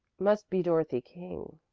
must be dorothy king,